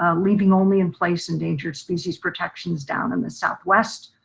ah leaving only in place endangered species protections down in the southwest.